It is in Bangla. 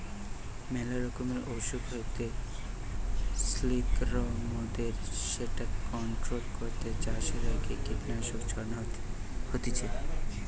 মেলা রকমের অসুখ হইতে সিল্কবরমদের যেটা কন্ট্রোল করতে চাষের আগে কীটনাশক ছড়ানো হতিছে